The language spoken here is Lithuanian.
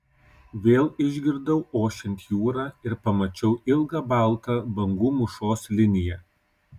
vėl išgirdau ošiant jūrą ir pamačiau ilgą baltą bangų mūšos liniją